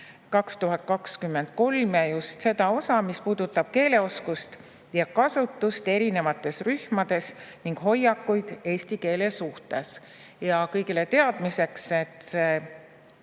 ja just seda osa, mis puudutab [eesti] keele oskust ja kasutust erinevates rühmades ning hoiakuid eesti keele suhtes. Kõigile teadmiseks, et